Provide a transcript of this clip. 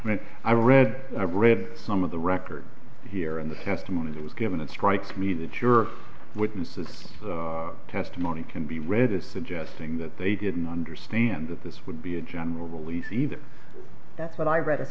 when i read i read some of the record here in the testimony that was given it strikes me that your witnesses testimony can be read as suggesting that they didn't understand that this would be a general release either that's what i read